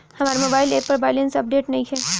हमार mobile app पर balance update नइखे